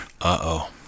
Uh-oh